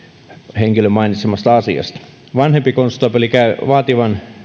henkilön mainitsemasta asiasta vanhempi konstaapeli käy vaativien